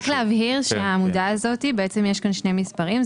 רק להבהיר שבעמודה הזאת יש שני מספרים: